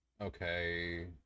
Okay